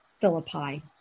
Philippi